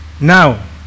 Now